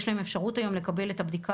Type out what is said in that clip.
יש להם אפשרות היום לקבל את הבדיקה